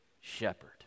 shepherd